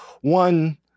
one